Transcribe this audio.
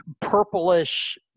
purplish